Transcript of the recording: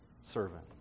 servant